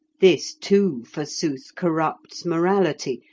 this, too, forsooth, corrupts morality,